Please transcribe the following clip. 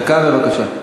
דקה בבקשה.